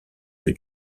que